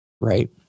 Right